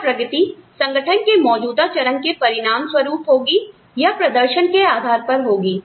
क्या प्रगति संगठन के मौजूदा चरण के परिणामस्वरूप होगी या प्रदर्शन के आधार पर होगी